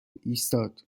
ایستاد